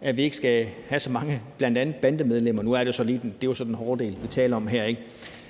at vi ikke skal have så mange bl.a. bandemedlemmer. Nu er det så lige den hårde del, vi taler om her.